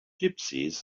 gypsies